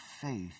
faith